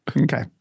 Okay